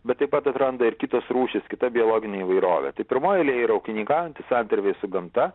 bet taip pat atranda ir kitos rūšys kita biologinė įvairovė tai pirmoj eilėj yra ūkininkaujantis santarvėj su gamta